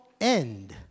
end